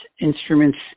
instruments